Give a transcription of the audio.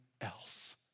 else